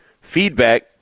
feedback